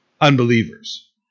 unbelievers